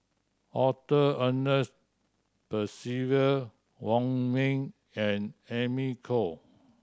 Arthur Ernest Percival Wong Ming and Amy Khor